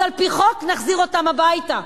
אז על-פי חוק נחזיר אותם הביתה.